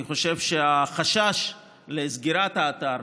אני חושב שהחשש לסגירת האתר,